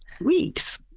Weeks